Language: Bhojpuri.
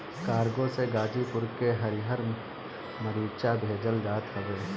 कार्गो से गाजीपुर के हरिहर मारीचा भेजल जात हवे